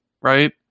right